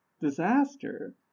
disaster